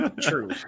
True